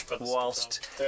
whilst